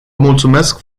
mulțumesc